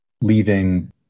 leaving